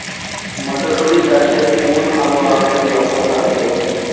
মটরশুটি চাষে কোন আবহাওয়াকে লক্ষ্য রাখবো?